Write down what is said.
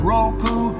Roku